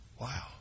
Wow